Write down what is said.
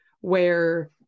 where-